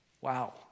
Wow